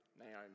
Naomi